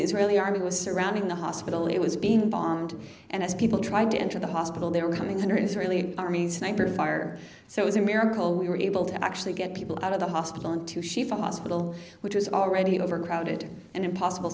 israeli army was surrounding the hospital it was being bombed and as people tried to enter the hospital they were coming under israeli army's sniper fire so it was a miracle we were able to actually get people out of the hospital and to schieffer hospital which is already overcrowded and impossible